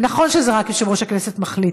ונכון שזה רק יושב-ראש הכנסת מחליט,